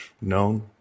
known